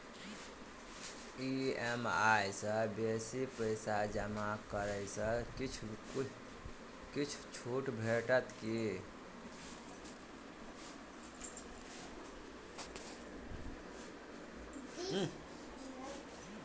EMI सँ बेसी पैसा जमा करै सँ किछ छुट भेटत की?